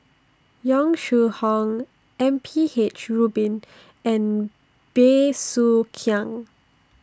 Yong Shu Hoong M P H Rubin and Bey Soo Khiang